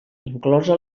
inclosa